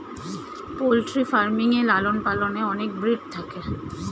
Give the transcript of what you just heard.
poultry farming এ লালন পালনে অনেক ব্রিড থাকে